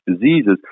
diseases